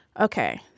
Okay